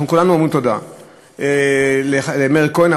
אנחנו כולנו אומרים תודה למאיר כהן,